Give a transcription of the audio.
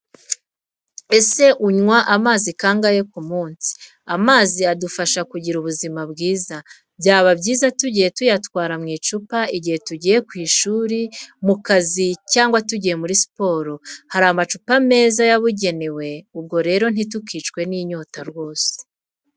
Ese unywa amazi kangahe ku munsi? Amazi adufasha kugira ubuzima bwiza. Byaba byiza tugiye tuyatwara mu icupa igihe tugiye ku ishuri, mu kazi cyangwa tugiye muri siporo. Hari amacupa meza yabugenewe, ubwo rero ntitukicwe n'inyota rwose.